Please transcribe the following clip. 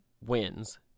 wins